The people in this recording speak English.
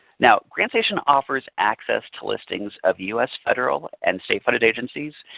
now grantstation offers access to listings of us federal and state funded agencies,